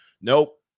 Nope